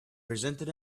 presented